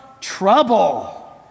trouble